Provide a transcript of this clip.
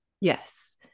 Yes